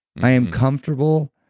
i am comfortable,